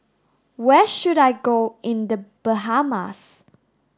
where should I go in The Bahamas